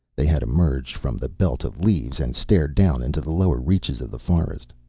they had emerged from the belt of leaves, and stared down into the lower reaches of the forest.